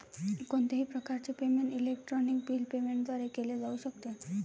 कोणत्याही प्रकारचे payment electronic bill payment द्वारे केले जाऊ शकते